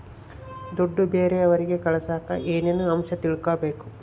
ದುಡ್ಡು ಬೇರೆಯವರಿಗೆ ಕಳಸಾಕ ಏನೇನು ಅಂಶ ತಿಳಕಬೇಕು?